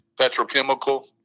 petrochemical